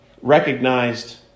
recognized